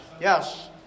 yes